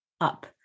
up